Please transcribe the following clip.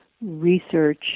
research